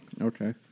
Okay